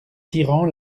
tirant